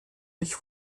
sich